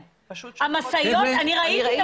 פשוט שופכות --- כן, המשאיות, אני ראיתי את